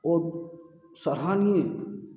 ओ सरहानीय